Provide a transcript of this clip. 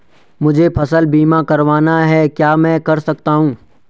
मुझे फसल बीमा करवाना है क्या मैं कर सकता हूँ?